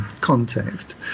context